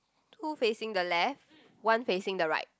two facing the left one facing the right